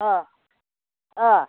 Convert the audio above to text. अ अ